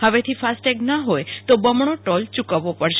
હવેથી ફાસ્ટટેગના હોય તો બમણો ટોલ ચૂકવવો પડશે